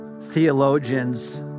theologians